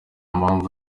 mpamvu